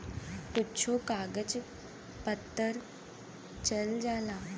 कुच्छो कागज पत्तर चल जाला